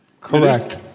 Correct